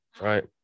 Right